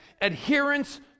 adherence